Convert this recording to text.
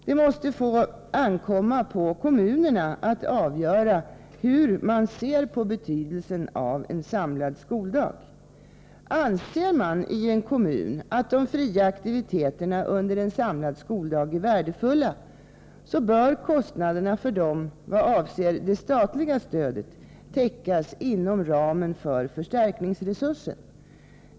Det måste få ankomma på kommunerna att avgöra hur man ser på betydelsen av en samlad skoldag. Anser man i en kommun att de fria aktiviteterna under en samlad skoldag är värdefulla, bör kostnaderna för dem, vad avser det statliga stödet, täckas inom ramen för förstärkningsresursen.